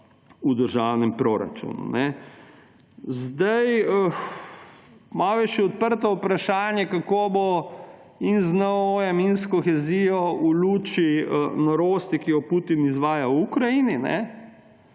v državnem proračunu. Malo je še odprto vprašanje, kako bo in z NOO in s kohezijo v luči norosti, ki jo Putin izvaja v Ukrajini,